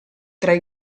tre